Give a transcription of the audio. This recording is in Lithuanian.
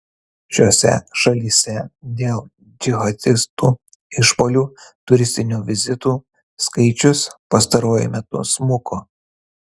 šiose šalyse dėl džihadistų išpuolių turistinių vizitų skaičius pastaruoju metu smuko